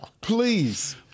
please